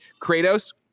Kratos